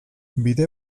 bide